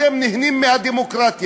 אתם נהנים מהדמוקרטיה.